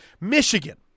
Michigan